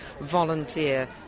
volunteer